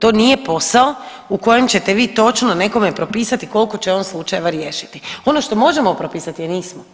To nije posao u kojem ćete vi točno nekome propisati koliko će on slučajeva riješiti, ono što možemo propisati nismo